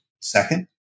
Second